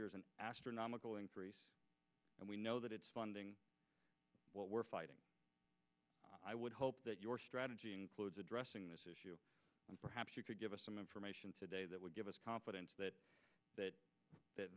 years an astronomical increase and we know that it's funding what we're fighting i would hope that your strategy includes addressing this issue and perhaps you could give us some information today that would give us confidence that that